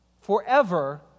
forever